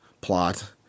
plot